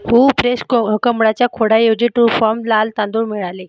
हूऊ fresh क कमळाच्या खोडाऐवजी टूफॉम लाल तांदूळ मिळाले